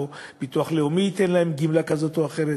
או שביטוח לאומי ייתן להם גמלה כזו או אחרת.